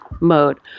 mode